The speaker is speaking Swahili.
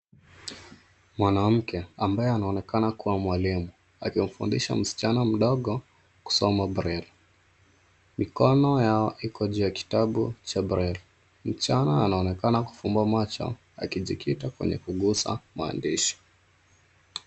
Mwanamke ambaye anaonekana kuwa mwalimu akimfundisha msichana mdogo kusoma breli. Mikono yao iko juu ya kitabu cha breli. Msichana anaonekana kufumba macho akijikita kwenye kugusa maandishi.